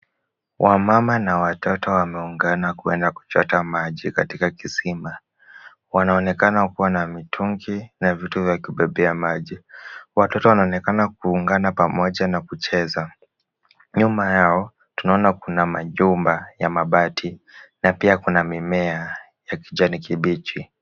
Wamama na watoto wameungana kuenda kuchota maji katika kisima. Wanaonekana kuwa na mtungi na vitu vya kubebea maji. Watoto wanaonekana kuungana pamoja na kucheza. Nyuma yao, tunaona kuna majumba ya mabati na pia kuna mimea ya kijani kibichi.